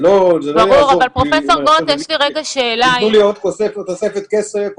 זה לא יעזור אם יתנו לי עוד תוספת כסף,